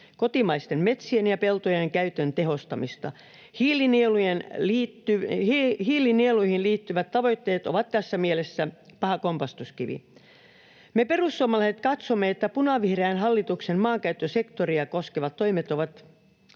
kotimaisten metsien ja peltojen käytön tehostamista. Hiilinieluihin liittyvät tavoitteet ovat tässä mielessä paha kompastuskivi. Me perussuomalaiset katsomme, että punavihreän hallituksen maankäyttösektoria koskevat toimet ovat